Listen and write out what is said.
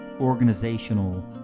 organizational